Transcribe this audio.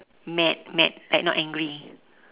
mad mad like not angry